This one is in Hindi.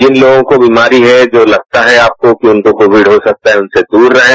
पिन लोगों को बीमारी है र्जा लगता है कि आपको कि चनको कोविड हो सकता है उनसे दूर रहें